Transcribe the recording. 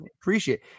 appreciate